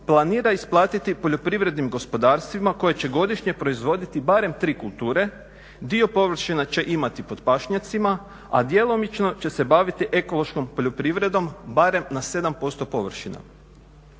planira isplatiti poljoprivrednim gospodarstvima koje će godišnje proizvoditi barem 3 kulture, dio površina će imati pod pašnjacima a djelomično će se baviti ekološkom poljoprivredom barem na 7% površina.